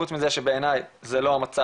חוץ מזה שבעיניי זה לא המצב,